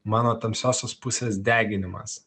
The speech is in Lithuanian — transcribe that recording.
mano tamsiosios pusės deginimas